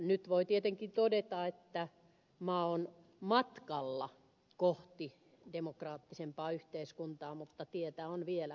nyt voi tietenkin todeta että maa on matkalla kohti demokraattisempaa yhteiskuntaa mutta tietä on vielä edessä